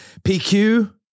pq